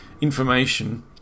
information